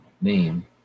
name